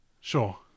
Sure